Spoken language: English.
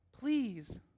Please